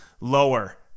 lower